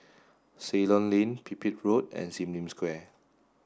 Ceylon Lane Pipit Road and Sim Lim Square